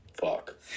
Fuck